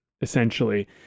essentially